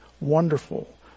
wonderful